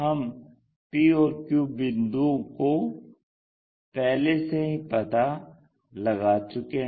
हम p और q बिंदुओं का पहले से ही पता लगा चुके हैं